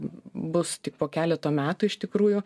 bus tik po keleto metų iš tikrųjų